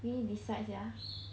因为 beside sia